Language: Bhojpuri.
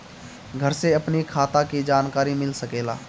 घर से अपनी खाता के जानकारी मिल सकेला?